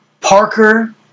Parker